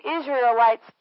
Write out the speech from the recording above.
Israelites